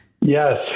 Yes